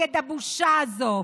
נגד הבושה הזאת.